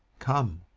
come.